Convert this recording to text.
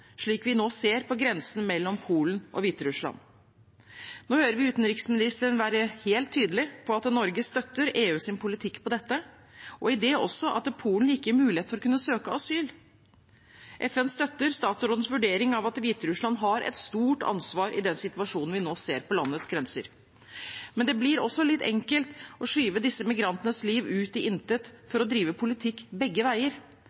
slik vi nå ser på grensen mellom Polen og Hviterussland. Nå hører vi utenriksministeren være helt tydelig på at Norge støtter EUs politikk på dette, og i det også at Polen ikke gir mulighet for å kunne søke asyl. FN støtter utenriksministerens vurdering av at Hviterussland har et stort ansvar i den situasjonen vi nå ser på landets grenser. Men det blir litt enkelt å skyve disse migrantenes liv ut i intet for å drive politikk begge veier.